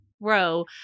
row